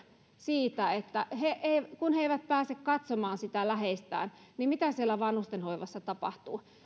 siitä että kun he eivät pääse katsomaan sitä läheistään niin mitä siellä vanhustenhoivassa tapahtuu